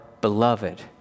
beloved